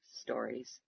stories